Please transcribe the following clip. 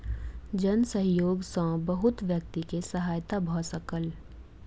जन सहयोग सॅ बहुत व्यक्ति के सहायता भ सकल